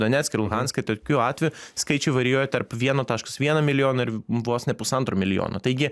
donecką ir luhanską tokiu atveju skaičiai varijuoja tarp vieno taškas vieno milijono ir vos ne pusantro milijono taigi